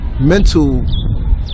mental